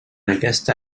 aquesta